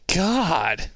god